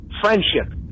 Friendship